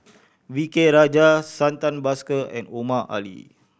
V K Rajah Santha Bhaskar and Omar Ali